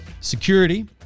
Security